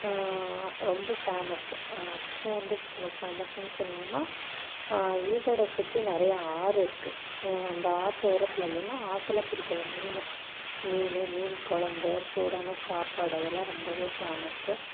ரொம்ப ஃபேமஸ் அப்புறம் வந்து சொல்ல ஃபேமஸ்னு சொல்லணுன்னா ஈரோட சுற்றி நிறையா ஆறு இருக்குது அந்த ஆற்று ஓரத்திலலெல்லாம் ஆற்றில் பிடிக்கிற மீன் மீனு மீன் குழம்பு சூடான சாப்பாடு அதெல்லாம் ரொம்பவே ஃபேம்ஸ்ஸு